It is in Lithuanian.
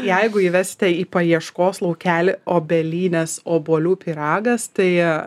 jeigu įvesite į paieškos laukelį obelynės obuolių pyragas tai